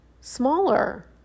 smaller